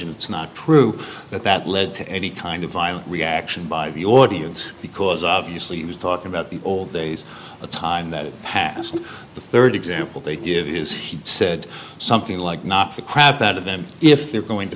it's not true that that led to any kind of violent reaction by the audience because obviously he was talking about the old days the time that passed the third example they give is he said something like naacp the crap out of them if they're going to